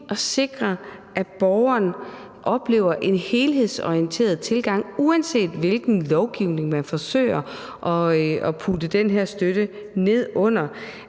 at sikre, at borgeren oplever en helhedsorienteret tilgang, uanset hvilken lovgivning man forsøger at putte den her støtte ned under,